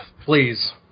Please